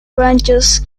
branches